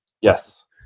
Yes